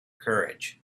courage